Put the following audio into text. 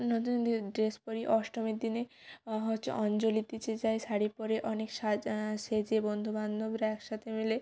নতুন ড্রেস পরি অষ্টমীর দিনে হচ্ছে অঞ্জলি দিতে যাই শাড়ি পরে অনেক সাজ সেজে বন্ধু বান্ধবরা একসাথে মিলে